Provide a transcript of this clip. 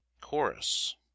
chorus